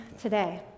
today